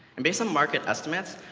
and based on market estimates,